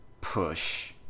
Push